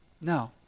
no